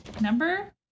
number